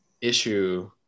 issue